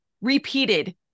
repeated